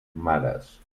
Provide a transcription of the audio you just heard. mares